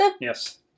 Yes